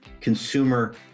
consumer